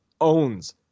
owns